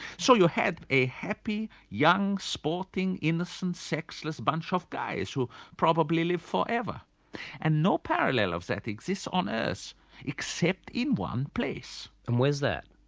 so you had a happy young sporting innocent sexless bunch of guys who probably live forever and no parallel of that exists on earth except in one place. and where's that?